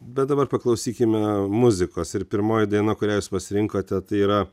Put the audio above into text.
bet dabar paklausykime muzikos ir pirmoji daina kurią jūs pasirinkote tai yra